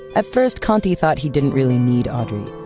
at first konti thought he didn't really need audrey,